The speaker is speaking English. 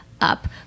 up